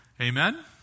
Amen